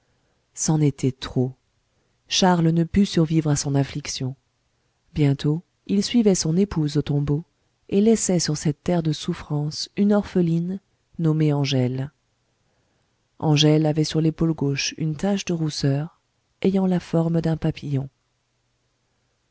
c'en était trop charles ne put survivre à son affliction bientôt il suivait son épouse au tombeau et laissait sur cette terre de souffrance une orpheline nommée angèle angèle avait sur l'épaule gauche une tache de rousseur ayant la forme d'un papillon